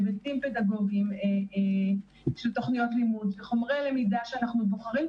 להיבטים פדגוגיים של תוכניות לימוד וחומרי למידה שאנו בוחרים,